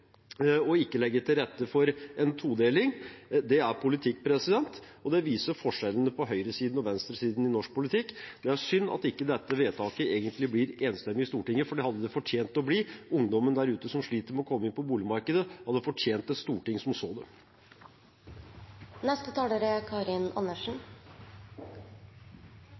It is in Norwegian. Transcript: ikke legge til rette for en todeling, er politikk, og det viser forskjellen mellom høyre- og venstresiden i norsk politikk. Det er synd at dette ikke blir et enstemmig vedtak i Stortinget, for det hadde det fortjent å bli. Ungdommen der ute som sliter med å komme inn på boligmarkedet, hadde fortjent et storting som så dem. Dette er